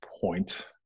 point